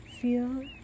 Feel